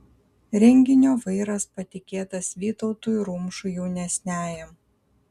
renginio vairas patikėtas vytautui rumšui jaunesniajam